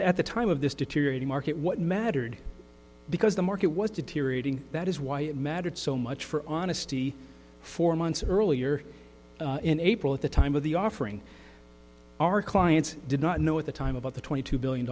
the at the time of this deteriorating market what mattered because the market was deteriorating that is why it mattered so much for honesty four months earlier in april at the time of the offering our clients did not know at the time about the twenty two billion